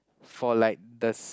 for like the